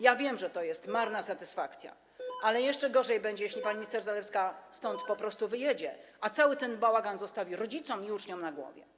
Ja wiem, że to jest marna satysfakcja, ale jeszcze gorzej będzie, jeśli pani minister Zalewska stąd po prostu wyjedzie, a cały ten bałagan zostawi rodzicom i uczniom na głowie.